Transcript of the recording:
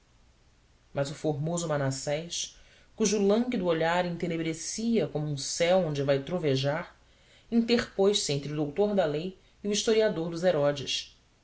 mas o famoso manassés cujo lânguido olhar entenebrecia como um céu onde vai trovejar interpôs se entre o doutor da lei e o historiador dos herodes